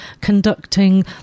conducting